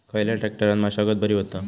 खयल्या ट्रॅक्टरान मशागत बरी होता?